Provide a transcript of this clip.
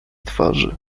twarzy